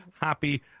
happy